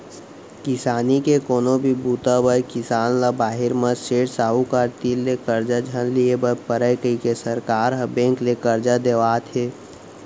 किसानी के कोनो भी बूता बर किसान ल बाहिर म सेठ, साहूकार तीर ले करजा झन लिये बर परय कइके सरकार ह बेंक ले करजा देवात हे